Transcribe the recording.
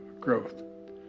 Growth